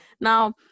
now